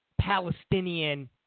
Palestinian